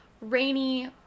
rainy